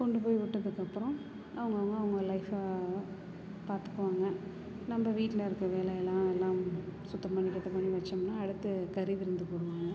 கொண்டு போய் விட்டதுக்கப்புறம் அவங்கவங்க அவங்க லைஃபை பார்த்துக்குவாங்க நம்ம வீட்டில் இருக்க வேலையெலாம் அதெல்லாம் சுத்தம் பண்ணி கித்தம் பண்ணி வைச்சம்னா அடுத்து கறி விருந்து போடுவாங்க